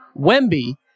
Wemby